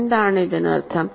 എന്താണ് ഇതിനർത്ഥം